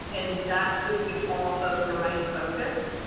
and that took you off of your main focus.